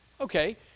Okay